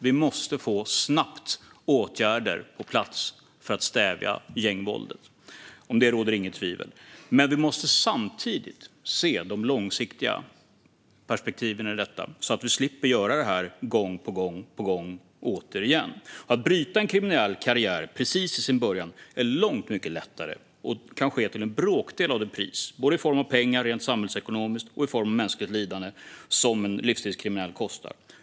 Vi måste snabbt få åtgärder på plats för att stävja gängvåldet; om det råder inget tvivel. Men vi måste samtidigt se de långsiktiga perspektiven i detta så att vi slipper göra det här gång på gång och återigen. Att bryta en kriminell karriär precis i dess början är långt mycket lättare och kan ske till en bråkdel av det pris - både i form av pengar rent samhällsekonomiskt och i form av mänskligt lidande - som en livstidskriminell kostar.